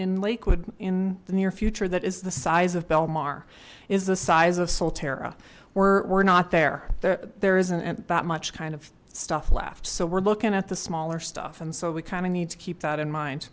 in lakewood in the near future that is the size of belmar is the size of solteira we're not there there there isn't that much kind of stuff left so we're looking at the smaller stuff and so we kind of need to keep that in mind